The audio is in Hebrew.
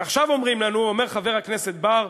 עכשיו, אומרים לנו, אומר חבר הכנסת בר,